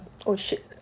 oh shit